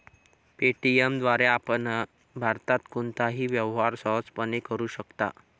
Paytm द्वारे आपण भारतात कोणताही व्यवहार सहजपणे करू शकता